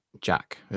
jack